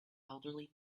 elderly